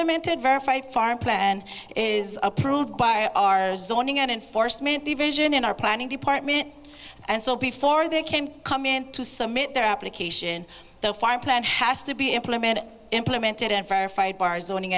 implemented verify farm plan is approved by our zoning enforcement division in our planning department and so before they came come in to submit their application the fire plan has to be implemented implemented and verified bar zoning